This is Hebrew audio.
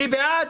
אני בעד.